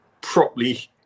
properly